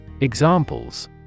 Examples